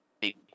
big